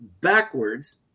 backwards